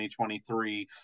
2023